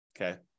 okay